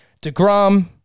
DeGrom